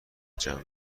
جمع